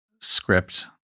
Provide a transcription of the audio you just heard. script